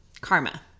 karma